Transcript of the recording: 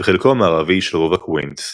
וחלקו המערבי של רובע קווינס.